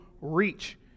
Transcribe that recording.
reach